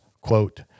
quote